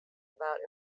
about